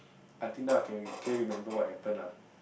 until now I can clearly remember what happened ah